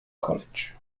college